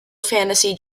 fantasy